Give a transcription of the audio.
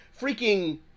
freaking